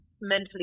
mentally